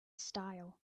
style